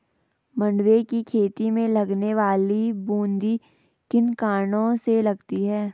मंडुवे की खेती में लगने वाली बूंदी किन कारणों से लगती है?